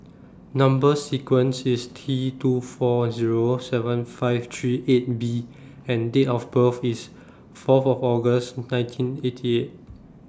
Number sequence IS T two four Zero seven five three eight B and Date of birth IS four of August nineteen eighty eight